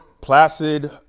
Placid